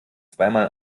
zweimal